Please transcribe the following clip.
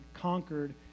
conquered